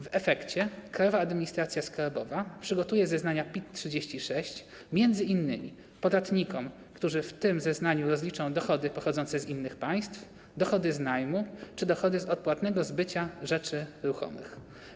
W efekcie Krajowa Administracja Skarbowa przygotuje zeznania PIT-36 m.in. podatnikom, którzy w tym zeznaniu rozliczą dochody pochodzące z innych państw, dochody z najmu czy dochody z odpłatnego zbycia rzeczy ruchomych.